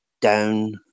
down